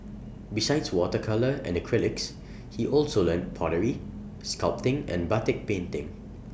besides water colour and acrylics he also learnt pottery sculpting and batik painting